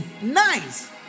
nice